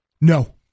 No